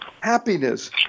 happiness